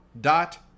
dot